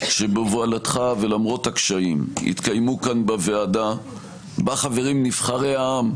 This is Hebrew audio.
שבהובלתך ולמרות הקשיים יתקיימו כאן בוועדה בה חברים נבחרי העם,